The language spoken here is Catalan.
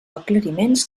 aclariments